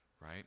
Right